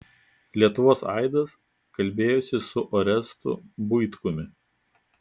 lietuvos aidas kalbėjosi su orestu buitkumi